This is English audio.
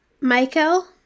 Michael